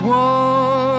one